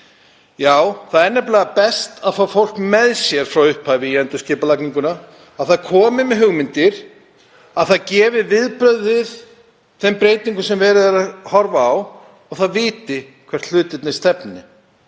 Já, það er nefnilega best að fá fólk með sér frá upphafi endurskipulagningarinnar, að það komi með hugmyndir, það gefi viðbrögð við þeim breytingum sem verið er að horfa á og það viti hvert hlutirnir stefni.